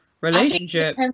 relationship